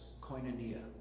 koinonia